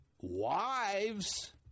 Wives